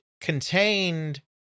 Contained